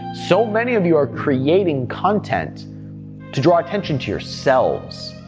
so many of you are creating content to draw attention to yourselves.